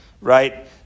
Right